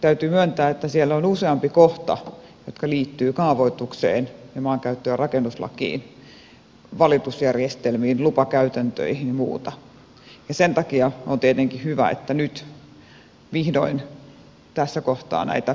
täytyy myöntää että siellä on useampi kohta joka liittyy kaavoitukseen ja maankäyttö ja rakennuslakiin valitusjärjestelmiin lupakäytäntöihin muihin ja sen takia on tietenkin hyvä että nyt vihdoin tässä kohtaa näitä puretaan